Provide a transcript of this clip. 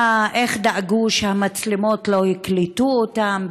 איך דאגו שהמצלמות לא יקלטו אותם?